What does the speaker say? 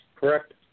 Correct